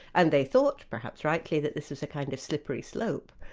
and they thought, perhaps rightly, that this is a kind of slippery slope.